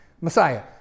Messiah